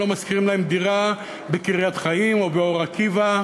שלא משכירים להם בדירה בקריית-חיים או באור-עקיבא,